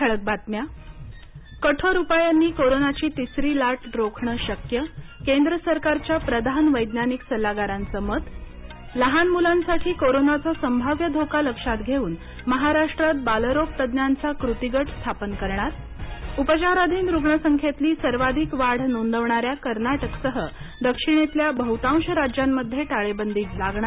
ठळक बातम्या कठोर उपायांनी कोरोनाची तिसरी लाट रोखणं शक्यकेंद्र सरकारच्या प्रधान वैज्ञानिक सल्लागारांचं मत लहान मुलांसाठी कोरोनाचा संभाव्य धोका लक्षात घेऊन महाराष्ट्रात बालरोग तज्ज्ञांचा कृती गट स्थापन करणार उपचाराधीन रुग्ण संख्येतली सर्वाधिक वाढ नोंदवणाऱ्या कर्नाटकासहदक्षिणेतल्या बहुतांश राज्यांमध्ये टाळेबंदी लागणार